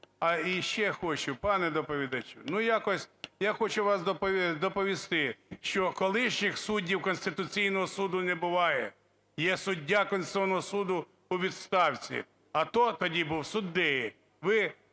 і ще хочу. Пане доповідачу, ну, якось я хочу вас доповісти, що колишніх суддів Конституційного Суду не буває, є суддя Конституційного Суду у відставці, а то тоді був суддею.